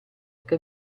che